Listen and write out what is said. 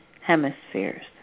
hemispheres